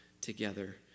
together